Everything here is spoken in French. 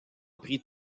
prit